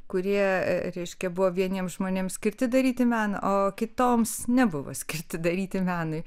kurie reiškia buvo vieniem žmonėms skirti daryti meną o kitoms nebuvo skirti daryti menui